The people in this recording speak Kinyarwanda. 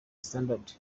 standard